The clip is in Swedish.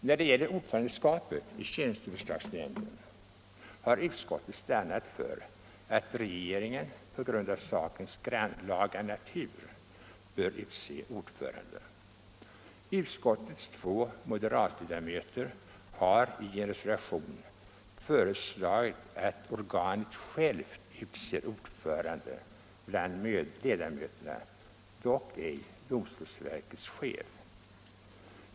När det gäller ordförandeskapet i tjänsteförslagsnämnden har utskottet stannat för att regeringen på grund av sakens grannlaga natur bör utse ord förande. Utskottets två moderatledamöter har i en reservation föreslagit att organet självt utser ordförande bland ledamöterna, dock ej domstolsverkets chef.